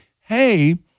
hey